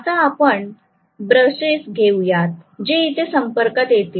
आता आपण ब्रशेस घेऊयात जे इथे संपर्कात येतील